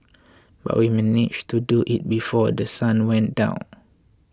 but we managed to do it before The Sun went down